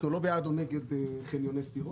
אנחנו לא בעד או נגד חניוני סירות,